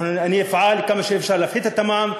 ואני אפעל כמה שאפשר להפחית את המע"מ,